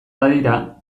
badira